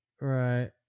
Right